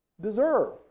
deserve